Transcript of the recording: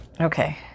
okay